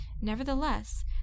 Nevertheless